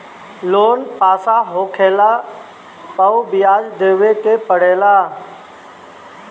loan पास होखला पअ बियाज देवे के पड़ेला